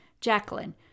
Jacqueline